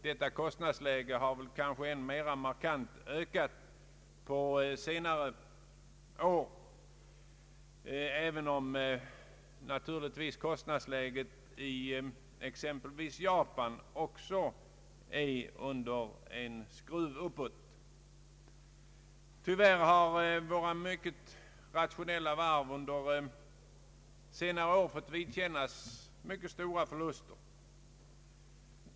Detta kostnadsläge har kanske ökat särskilt markant under senare år, även om naturligtvis kostnadsläget i exempelvis Japan också skruvas uppåt. Tyvärr har våra mycket rationella varv under senare år fått vidkännas stora förluster.